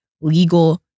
legal